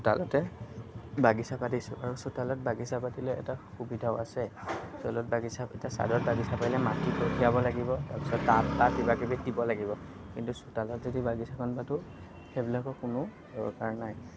চোতালতে বাগিচা পাতিছোঁ আৰু চোতালত বাগিচা পাতিলে এটা সুবিধাও আছে চোতালত বাগিচা পতা ছাদত মাটি কঢ়িয়াব লাগিব তাৰপাছত কিবাকিবি দিব লাগিব কিন্তু চোতালত যদি বাগিচাখন পাতোঁ সেইবিলাকৰ কোনো দৰকাৰ নাই